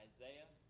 Isaiah